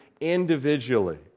individually